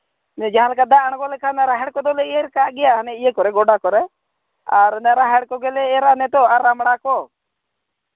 ᱡᱟᱦᱟᱸᱞᱮᱠᱟ ᱫᱟᱜ ᱟᱬᱜᱚ ᱞᱮᱠᱷᱟᱱ ᱨᱟᱦᱮᱲ ᱠᱚᱫᱚᱞᱮ ᱮᱨ ᱻᱠᱟᱫ ᱜᱮᱭᱟ ᱚᱱᱮ ᱤᱭᱟᱹ ᱠᱚᱨᱮ ᱜᱚᱰᱟ ᱠᱚᱨᱮ ᱟᱨ ᱚᱱᱮ ᱨᱟᱦᱮᱲ ᱠᱚᱜᱮᱞᱮ ᱮᱨᱻ ᱟ ᱱᱤᱛᱳᱜ ᱟᱨ ᱨᱟᱸᱵᱲᱟ ᱠᱚ